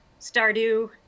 Stardew